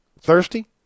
thirsty